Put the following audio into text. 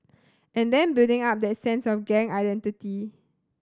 and then building up that sense of gang identity